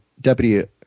deputy